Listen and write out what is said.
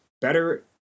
better